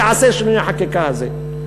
ייעשה שינוי החקיקה הזה.